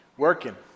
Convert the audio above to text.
Working